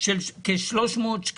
הווי אומר שלעמותה הזו אסור לקבל בשום